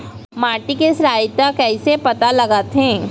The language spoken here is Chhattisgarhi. माटी के क्षारीयता कइसे पता लगथे?